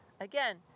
Again